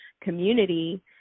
community